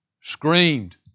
screamed